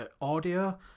audio